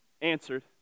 answered